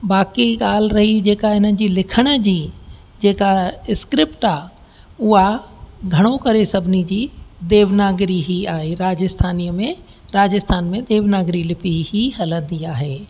बाक़ी ॻाल्हि रही जेका इन्हनि जी लिखण जी जेका इस्क्रिपट आहे उहा घणो करे सभिनी जी देवनागिरी ई आहे राजस्थानीअ में राजस्थान में देवनागिरी लिपी ई हलंदी आहे